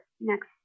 next